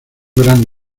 gran